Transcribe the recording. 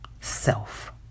self